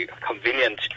convenient